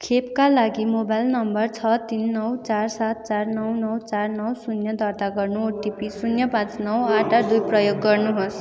खोपका लागि mobile number छ तिन नौ चार सात चार नौ नौ चार नौ शून्य दर्ता गर्न ओटिपी शून्य पाँच नौ आठ आठ दुई प्रयोग गर्नुहोस्